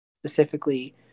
Specifically